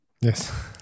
Yes